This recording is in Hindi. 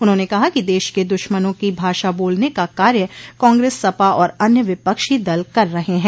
उन्होंने कहा कि देश के दुश्मनों की भाषा बोलने का कार्य कांग्रेस सपा और अन्य विपक्षी दल कर रहे हैं